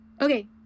Okay